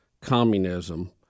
communism